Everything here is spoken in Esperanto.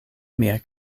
mia